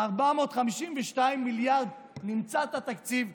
ב-452 מיליארד נמצא את התקציב,